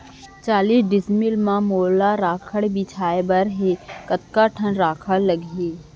चालीस डिसमिल म मोला राखड़ छिंचे बर हे कतका काठा राखड़ लागही?